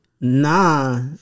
Nah